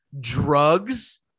drugs